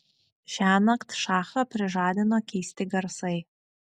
šiąnakt šachą prižadino keisti garsai